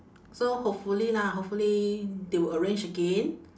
so hopefully lah hopefully they will arrange again